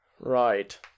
Right